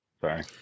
Sorry